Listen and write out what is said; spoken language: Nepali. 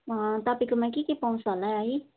तपाईँकोमा के के पाउँछ होला है